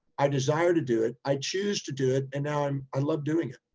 i desire to do it. i choose to do it and now i'm, i love doing it.